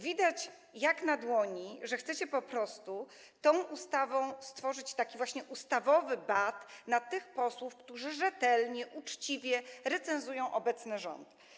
Widać jak na dłoni, że chcecie po prostu tą ustawą stworzyć taki właśnie ustawowy bat na tych posłów, którzy rzetelnie, uczciwie recenzują obecny rząd.